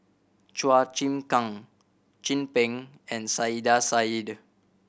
Chua Chim Kang Chin Peng and Saiedah Said